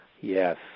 Yes